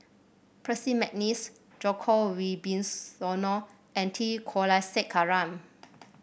Percy McNeice Djoko Wibisono and T Kulasekaram